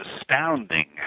astounding